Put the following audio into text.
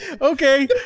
Okay